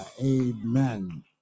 amen